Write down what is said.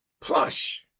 plush